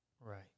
Right